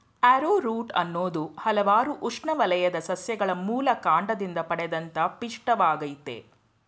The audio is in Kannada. ಆರ್ರೋರೂಟ್ ಅನ್ನೋದು ಹಲ್ವಾರು ಉಷ್ಣವಲಯದ ಸಸ್ಯಗಳ ಮೂಲಕಾಂಡದಿಂದ ಪಡೆದಂತ ಪಿಷ್ಟವಾಗಯ್ತೆ